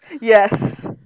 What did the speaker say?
Yes